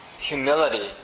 humility